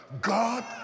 God